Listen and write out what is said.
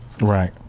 Right